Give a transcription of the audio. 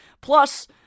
Plus